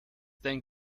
denn